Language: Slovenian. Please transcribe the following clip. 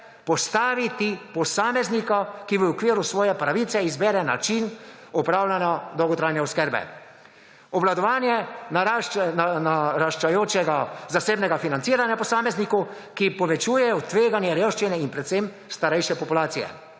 postaviti posameznika, ki v okviru svoje pravice izbere način opravljanja dolgotrajne oskrbe. Obvladovanje naraščajočega zasebnega financiranja posamezniku, ki povečuje v tveganju revščine in predvsem starejše populacije,